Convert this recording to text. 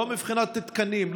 לא מבחינת תקנים,